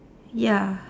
ya